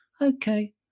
Okay